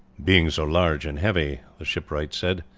being so large and heavy, the shipwright said,